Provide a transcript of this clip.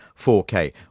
4K